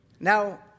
Now